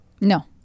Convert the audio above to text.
No